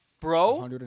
Bro